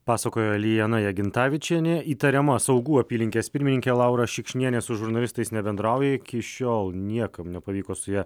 pasakojo lijana jagintavičienė įtariama saugų apylinkės pirmininkė laura šikšnienė su žurnalistais nebendrauja iki šiol niekam nepavyko su ja